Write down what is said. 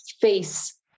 face